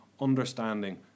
understanding